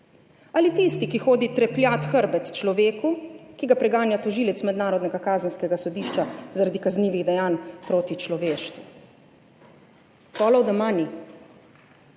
ali tisti, ki hodi trepljat hrbet človeku, ki ga preganja tožilec mednarodnega kazenskega sodišča zaradi kaznivih dejanj proti človeštvu. Follow the money.